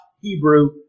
Hebrew